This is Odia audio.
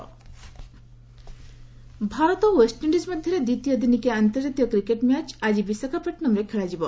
କ୍ରିକେଟ୍ ଭାରତ ଓ ୱେଷ୍ଟଇଣ୍ଡିଜ୍ ମଧ୍ୟରେ ଦ୍ୱିତୀୟ ଦିନିକିଆ ଆନ୍ତର୍ଜାତିକ କ୍ରିକେଟ୍ ମ୍ୟାଚ୍ ଆଜି ବିଶାଖାପଟନମ୍ଠାରେ ଖେଳାଯିବ